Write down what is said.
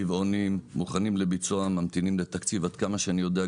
גבעונים - מוכנים לביצוע וממתינים לתקציב,